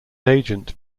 agent